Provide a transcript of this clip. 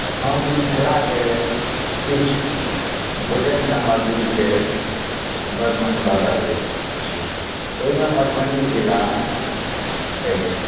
हम मिथिलाके किछु भोजन सामग्रीके वर्णन कऽ रहल अइ छी ओहिमे मधुबनी जिला अछि